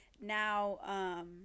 now